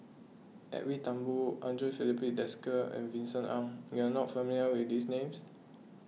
Edwin Thumboo andre Filipe Desker and Vincent Ng you are not familiar with these names